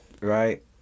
right